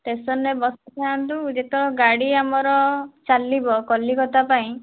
station ରେ ବସିଥାନ୍ତୁ ଯେତେବେଳେ ଗାଡ଼ି ଆମର ଚାଲିବ କଲିକତା ପାଇଁ